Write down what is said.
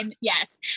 yes